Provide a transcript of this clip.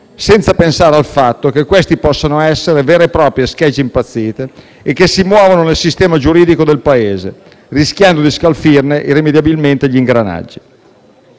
senza pensare al fatto che queste possano essere vere e proprie schegge impazzite e che si muovono nel sistema giuridico del Paese, rischiando di scalfirne irrimediabilmente gli ingranaggi.